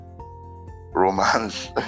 Romance